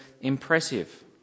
impressive